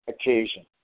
occasion